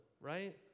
right